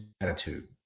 attitude